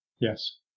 yes